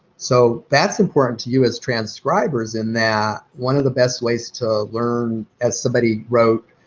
so that's important to you as transcribers in that one of the best ways to learn, as somebody wrote,